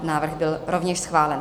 Návrh byl rovněž schválen.